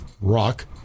rock